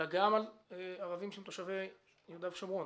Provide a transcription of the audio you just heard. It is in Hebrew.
אלא גם על ערבים שהם תושבי יהודה ושומרון,